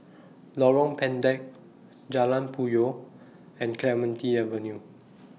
Lorong Pendek Jalan Puyoh and Clementi Avenue